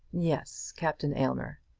yes captain aylmer.